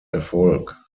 erfolg